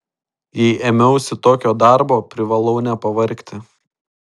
jei ėmiausi tokio darbo privalau nepavargti